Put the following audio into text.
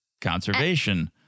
conservation